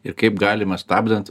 ir kaip galima stabdant